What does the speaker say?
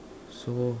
so